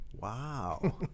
Wow